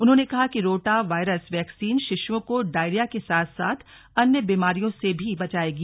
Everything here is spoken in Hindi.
उन्होंने कहा कि रोटावायरस वैक्सीन शिशुओं को डायरिया के साथ साथ अन्य बीमारियों से भी बचायेगी